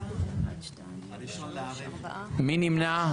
מי נמנע?